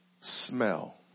smell